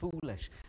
foolish